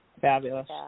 Fabulous